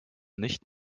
nicht